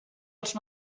els